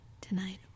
Tonight